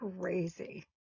crazy